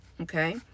okay